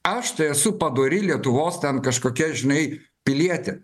aš tai esu padori lietuvos ten kažkokia žinai pilietė